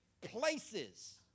places